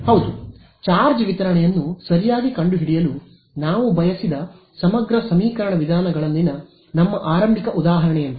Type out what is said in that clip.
ಹೌದು ಚಾರ್ಜ್ ವಿತರಣೆಯನ್ನು ಸರಿಯಾಗಿ ಕಂಡುಹಿಡಿಯಲು ನಾವು ಬಯಸಿದ ಸಮಗ್ರ ಸಮೀಕರಣ ವಿಧಾನಗಳಲ್ಲಿನ ನಮ್ಮ ಆರಂಭಿಕ ಉದಾಹರಣೆಯಂತೆ